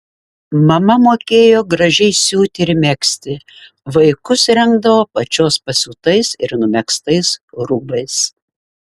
mama mokėjo gražiai siūti ir megzti vaikus rengdavo pačios pasiūtais ar numegztais rūbais